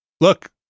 look